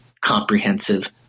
comprehensive